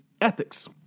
ethics